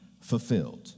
fulfilled